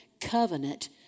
covenant